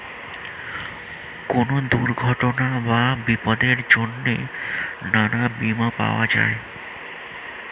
কোন দুর্ঘটনা বা বিপদের জন্যে নানা বীমা পাওয়া যায়